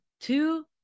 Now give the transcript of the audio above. two